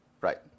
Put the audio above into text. right